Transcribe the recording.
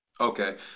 okay